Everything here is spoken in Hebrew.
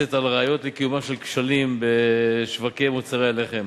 מתבססת על ראיות לקיומם של כשלים בשוקי מוצרי הלחם,